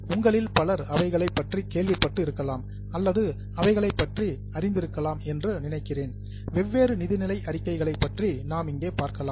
உங்களில் பலர் அவைகளை பற்றி கேள்விப்பட்டு இருக்கலாம் அல்லது அவைகளை பற்றி அறிந்திருக்கலாம் என்று நினைக்கிறேன் வெவ்வேறு நிதிநிலை அறிக்கை களைப்பற்றி நாம் இங்கே பார்க்கலாம்